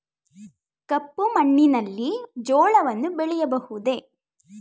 ಕಪ್ಪು ಮಣ್ಣಿನಲ್ಲಿ ಜೋಳವನ್ನು ಬೆಳೆಯಬಹುದೇ?